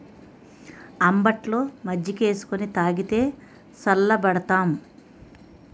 అంబట్లో మజ్జికేసుకొని తాగితే సల్లబడతాం